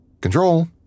Control